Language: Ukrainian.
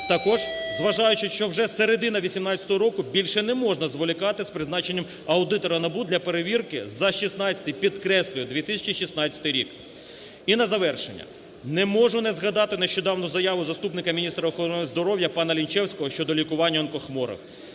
Також, зважаючи, що вже середина 2018 року, більше не можна зволікати з призначенням аудитора НАБУ для перевірки за 2016-й, підкреслюю, 2016 рік. І на завершення. Не можу не згадати нещодавну заяву заступника міністра охорони здоров'я пана Лінчевського щодо лікування онкохворих.